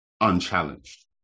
unchallenged